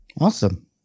Awesome